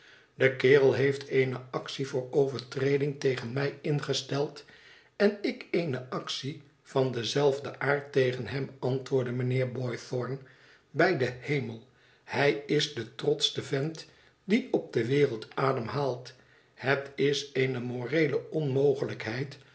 de kerel heeft eene actie voor overtreding tegen mij ingesteld en ik eene actie van denzelfden aard tegenhem antwoordde mijnheer boythorn bij den hemel hij is de trotschste vent die op de wereld ademhaalt het is eene moreele onmogelijkheid